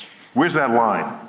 where's that line?